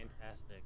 fantastic